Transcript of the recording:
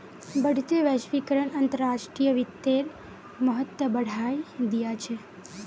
बढ़ते वैश्वीकरण अंतर्राष्ट्रीय वित्तेर महत्व बढ़ाय दिया छे